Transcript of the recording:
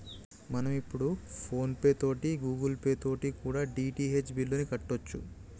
మనం ఇప్పుడు ఫోన్ పే తోటి గూగుల్ పే తోటి కూడా డి.టి.హెచ్ బిల్లుని కట్టొచ్చు